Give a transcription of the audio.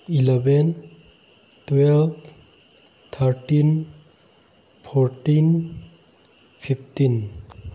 eleven twelve thirteen fourteen fifteen